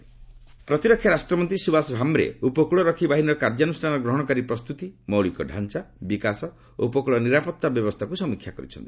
କୋଷ୍ଟଗାଡି ଭାମ୍ବେ ପ୍ରତିରକ୍ଷା ରାଷ୍ଟ୍ରମନ୍ତ୍ରୀ ସୁବାସ ଭାମ୍ରେ ଉପକୂଳରକ୍ଷୀ ବାହିନୀର କାର୍ଯ୍ୟାନୁଷାନ ଗ୍ରହଣକାରୀ ପ୍ରସ୍ତୁତି ମୌଳିକ ଢାଞ୍ଚା ବିକାଶ ଓ ଉପକୂଳ ନିରାପତ୍ତା ବ୍ୟବସ୍ଥାକୁ ସମୀକ୍ଷା କରିଛନ୍ତି